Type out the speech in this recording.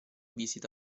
visita